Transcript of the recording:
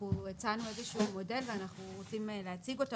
אנחנו הצענו איזשהו מודל ואנחנו רוצים להציג אותו.